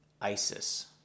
ISIS